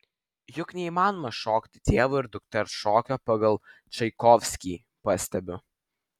juk neįmanoma šokti tėvo ir dukters šokio pagal čaikovskį pastebiu